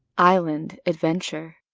island adventure.